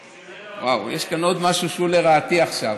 וואו, יש כאן עוד משהו שהוא לרעתי עכשיו.